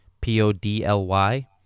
P-O-D-L-Y